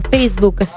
Facebook